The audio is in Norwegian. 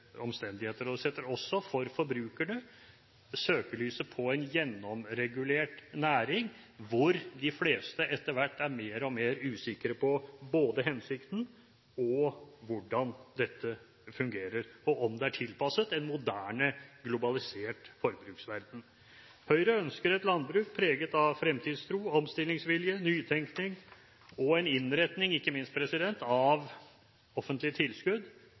omstendigheter. Det setter også, for forbrukerne, søkelyset på en gjennomregulert næring, hvor de fleste etter hvert er mer og mer usikre på både hensikten og hvordan dette fungerer, og på om det er tilpasset en moderne, globalisert forbruksverden. Høyre ønsker et landbruk preget av fremtidstro, omstillingsvilje, nytenkning og en innretning, ikke minst, av offentlige tilskudd